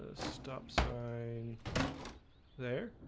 ah stop sign there